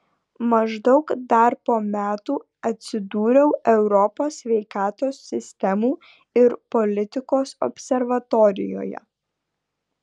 maždaug dar po metų atsidūriau europos sveikatos sistemų ir politikos observatorijoje